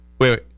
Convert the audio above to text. wait